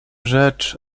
rzecz